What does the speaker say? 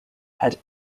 had